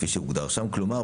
כפי שמוגדר שם כלומר,